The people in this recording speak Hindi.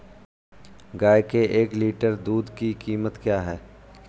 गाय के एक लीटर दूध की कीमत क्या है?